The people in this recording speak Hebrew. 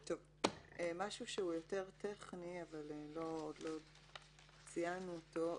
משהו יותר טכני אבל לא ציינו אותו: